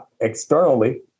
externally